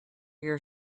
your